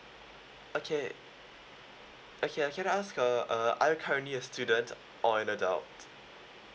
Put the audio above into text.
okay okay uh can I ask uh uh are you currently a student or an adult